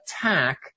attack